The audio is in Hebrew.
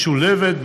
משולבת,